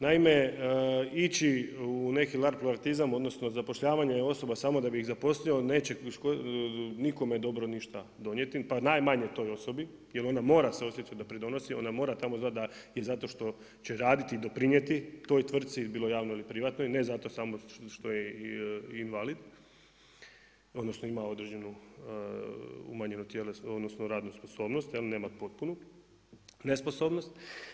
Naime ići u neki larpurlartizam odnosno zapošljavanje osoba samo da bi ih zaposlio neće nikome ništa dobro donijeti pa najmanje toj osobi jer ona mora se osjećati da pridonosi, ona mora tamo znati da je zato što će raditi i doprinijeti toj tvrtki, bilo javnoj ili privatnoj, ne zato samo što je invalid, odnosno ima određenu umanjenu tjelesnu, odnosno radnu sposobnost jer nema potpunu nesposobnost.